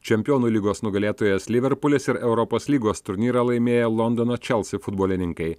čempionų lygos nugalėtojas liverpulis ir europos lygos turnyrą laimėję londono chelsea futbolininkai